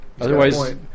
Otherwise